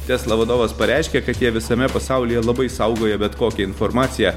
tesla vadovas pareiškė kad jie visame pasaulyje labai saugoja bet kokią informaciją